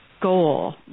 goal